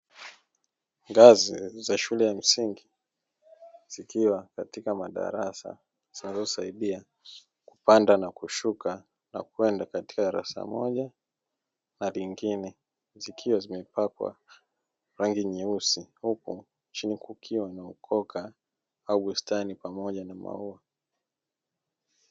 Ngazi za shule ya msingi zikiwa katika madarasa zinazosaidia kupanda na kushuka na kwenda katika darasa moja na lingine, zikiwa zimepakwa rangi nyeusi huku chini kukiwa na ukoka au bustani pamoja na maua.